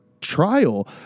trial